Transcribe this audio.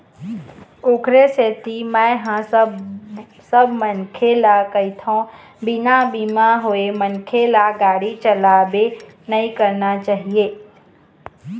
ओखरे सेती मेंहा सब मनखे ल कहिथव बिना बीमा होय मनखे ल गाड़ी चलाबे नइ करना चाही